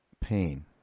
pain